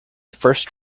first